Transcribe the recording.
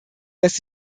lässt